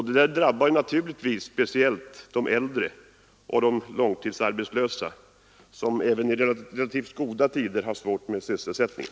Detta drabbar naturligtvis speciellt de äldre och långtidsarbetslösa, som även i relativt goda tider har svårt med sysselsättningen.